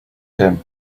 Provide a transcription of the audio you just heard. him